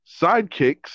sidekicks